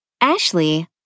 Ashley